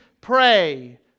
pray